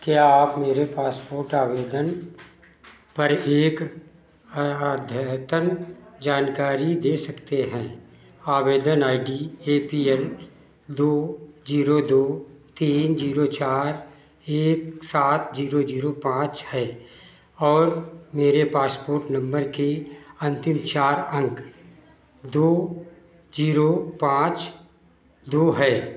क्या आप मेरे पासपोर्ट आवेदन पर एक अद्यतन जानकारी दे सकते हैं आवेदन I D A P L दो ज़ीरो दो तीन ज़ीरो चार एक सात ज़ीरो ज़ीरो पाँच है और मेरे पासपोर्ट नम्बर के अन्तिम चार अंक दो ज़ीरो पाँच दो हैं